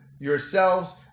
yourselves